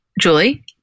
Julie